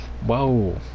Whoa